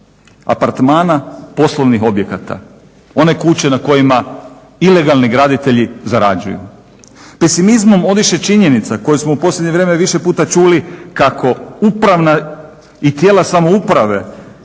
apartmana, poslovnih objekata, one kuće na kojima ilegalni graditelji zarađuju.